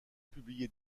publié